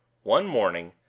one morning,